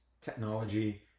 technology